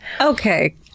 okay